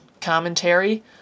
commentary